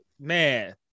man